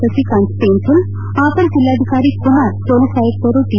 ಸಸಿಕಾಂತ್ ಸೆಂಥಿಲ್ ಅಪರ ಜಿಲ್ಲಾಧಿಕಾರಿ ಕುಮಾರ್ ಮೊಲೀಸ್ ಆಯುಕ್ತರು ಟಿ